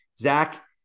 Zach